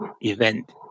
event